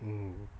mm